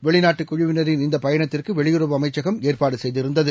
வெளிநாட்டு குழுவினரின் இந்த பயணத்திற்கு வெளியுறவு அமைச்சகம் ஏற்பாடு செய்திருந்தது